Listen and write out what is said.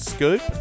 Scoop